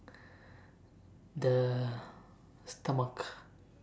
the stomach